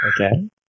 Okay